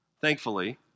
Thankfully